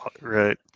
Right